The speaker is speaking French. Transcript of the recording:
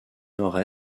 nord